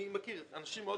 אני מכיר את זה.